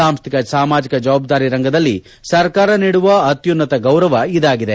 ಸಾಂಸ್ಕಿಕ ಸಾಮಾಜಿಕ ಜವಾಬ್ದಾರಿ ರಂಗದಲ್ಲಿ ಸರ್ಕಾರ ನೀಡುವ ಅತ್ಯುನ್ನತ ಗೌರವ ಇದಾಗಿದೆ